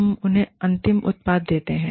हम उन्हें अंतिम उत्पाद देते हैं